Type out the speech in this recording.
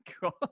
God